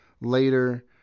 later